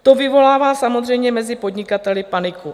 To vyvolává samozřejmě mezi podnikateli paniku.